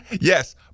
Yes